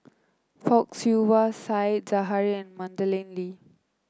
Fock Siew Wah Said Zahari and Madeleine Lee